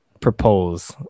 propose